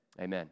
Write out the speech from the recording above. Amen